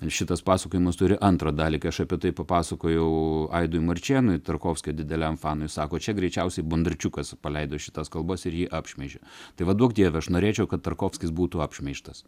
šitas pasakojimas turi antrą dalį kai aš apie tai papasakojau aidui marčėnui tarkovskio dideliam fanui sako čia greičiausiai bundarčiukas paleido šitas kalbas ir jį apšmeižė tai va duok dieve bet aš norėčiau kad tarkovskis būtų apšmeižtas